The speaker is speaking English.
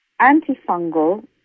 antifungal